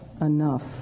enough